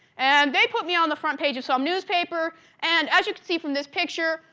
and they put me on the front page of some newspaper and as you can see from this picture,